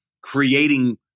creating